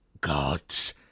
gods